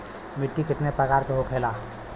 मिट्टी कितने प्रकार के होखेला?